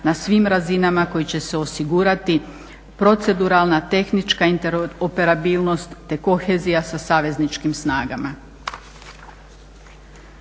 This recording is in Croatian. na svim razinama kojim će se osigurati proceduralna tehnička interoperabilnost te kohezija sa savezničkim snagama.